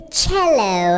cello